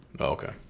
Okay